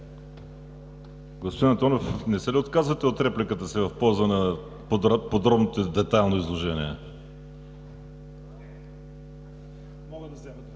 Господин Антонов, не се ли отказвате от репликата си в полза на подробното и детайлно изложение? (Реплики.)